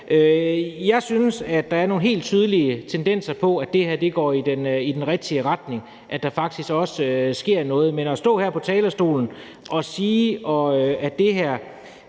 Jeg synes, at der er nogle helt tydelige tendenser til, at det her går i den rigtige retning, altså at der faktisk også sker noget. Men at stå her på talerstolen og sige, at det her